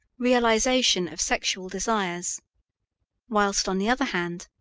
realization of sexual desires whilst, on the other hand,